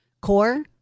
core